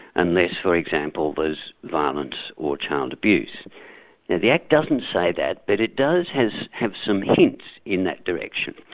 unless, for example, there's violence or child abuse. now the act doesn't say that, but it does have have some hints in that direction.